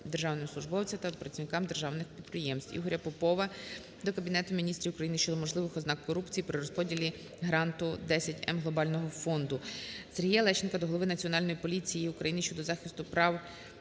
державним службовцям та працівникам державних підприємств. Ігоря Попова до Кабінету Міністрів України щодо можливих ознак корупції при розподілі гранту 10М Глобального Фонду. Сергія Лещенка до голови Національної поліції України щодо захисту прав